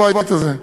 בבית הזה.